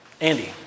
Andy